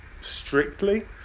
strictly